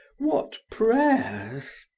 what prayers!